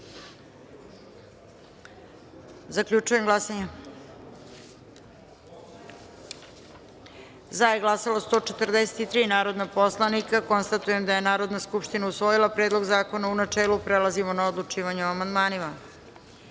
izjasnimo. Zaključujem glasanje: za je glasalo 142 narodna poslanika. Konstatujem da je Narodna skupština usvojila Predlog zakona, u načelu. Prelazimo na odlučivanje o amandmanima. Stavljam